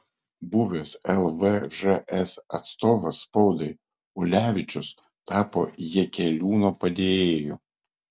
buvęs lvžs atstovas spaudai ulevičius tapo jakeliūno padėjėju